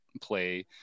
play